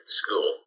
school